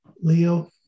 Leo